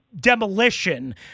demolition